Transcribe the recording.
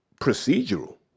procedural